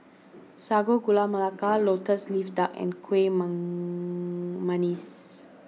Sago Gula Melaka Lotus Leaf Duck and Kueh Manggis